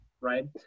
right